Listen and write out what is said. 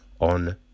on